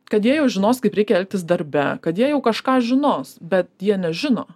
kad jie jau žinos kaip reikia elgtis darbe kad jie jau kažką žinos bet jie nežino